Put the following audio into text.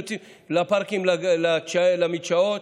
יוצאים לפארקים למדשאות.